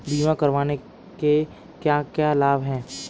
बीमा करवाने के क्या क्या लाभ हैं?